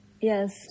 Yes